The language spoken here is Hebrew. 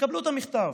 תקבלו את המכתב,